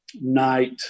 night